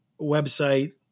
website